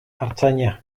artzaina